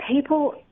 people